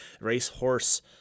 racehorse